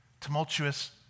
tumultuous